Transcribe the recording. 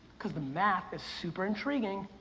cause the math is super intriguing,